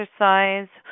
exercise